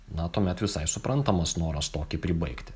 na tuomet visai suprantamas noras tokį pribaigti